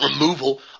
removal